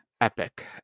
Epic